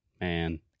man